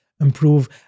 improve